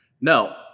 No